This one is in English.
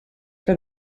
for